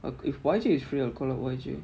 oh if Y_J is free of caller voice you